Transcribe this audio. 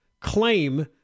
claim